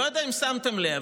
לא יודע אם שמתם לב,